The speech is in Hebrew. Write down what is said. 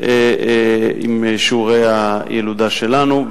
עם שיעורי הילודה שלנו,